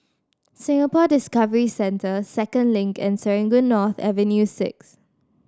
Singapore Discovery Centre Second Link and Serangoon North Avenue Six